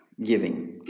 giving